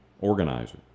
organizer